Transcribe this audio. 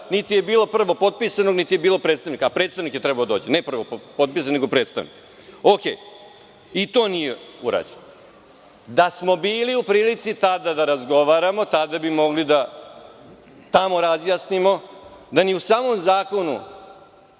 niti je bilo prvog potpisanog, niti je bilo predstavnika, a predstavnik je trebao da dođe, ne prvo potpisani, nego predstavnik, ok i to nije urađeno. Da smo bili u prilici tada da razgovaramo, tada bi mogli da tamo razjasnimo da ni u samom zakonu